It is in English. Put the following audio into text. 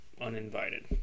uninvited